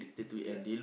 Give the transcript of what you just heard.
ya